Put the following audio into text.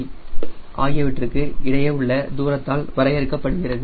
c of the tail ஆகியவற்றுக்கு இடையே உள்ள தூரத்தால் வரையறுக்கப்படுகிறது